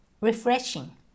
Refreshing